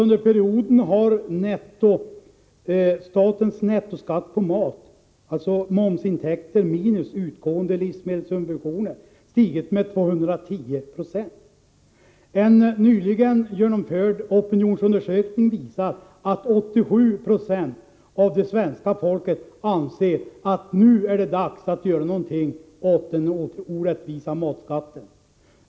Under perioden har alltså statens nettoskatt på mat — momsintäkten minus utgående livsmedelssubventioner — stigit med 210 90. En nyligen genomförd opinionsundersökning visar att 87 Zo av det svenska folket anser att det nu är dags att göra någonting åt den orättvisa matskatten.